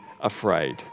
afraid